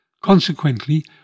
Consequently